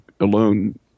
alone